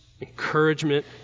encouragement